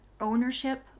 ownership